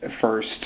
first